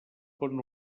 pont